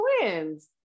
twins